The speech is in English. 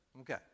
Okay